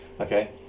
Okay